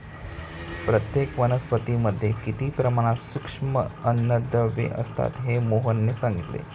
प्रत्येक वनस्पतीमध्ये किती प्रमाणात सूक्ष्म अन्नद्रव्ये असतात हे मोहनने सांगितले